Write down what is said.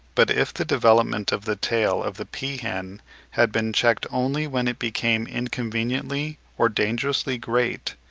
but if the development of the tail of the peahen had been checked only when it became inconveniently or dangerously great,